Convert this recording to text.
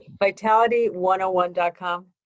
vitality101.com